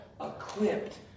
equipped